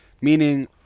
Meaning